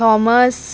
Thomas